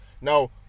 Now